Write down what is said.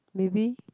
maybe